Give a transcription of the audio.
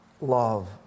love